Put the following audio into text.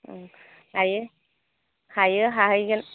हायो हायो हाहैगोन